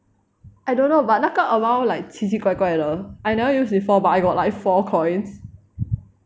I don't know but 那个 amount like 奇奇怪怪的 I never use before but I got like four coins